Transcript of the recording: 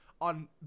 on